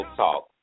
talk